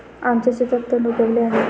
आमच्या शेतात तण उगवले आहे